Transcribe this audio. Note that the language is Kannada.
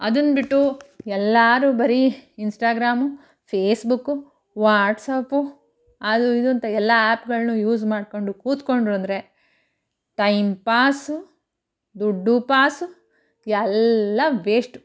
ಅದನ್ನ ಬಿಟ್ಟು ಎಲ್ಲರೂ ಬರೀ ಇನ್ಸ್ಟಾಗ್ರಾಮು ಫೇಸ್ಬುಕ್ಕು ವಾಟ್ಸಪ್ಪು ಅದು ಇದು ಅಂತ ಎಲ್ಲ ಆ್ಯಪ್ಗಳನ್ನು ಯೂಸ್ ಮಾಡಿಕೊಂಡು ಕೂತ್ಕೊಂಡ್ರು ಅಂದರೆ ಟೈಮ್ಪಾಸು ದುಡ್ಡು ಪಾಸು ಎಲ್ಲ ವೇಸ್ಟು